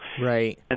Right